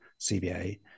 CBA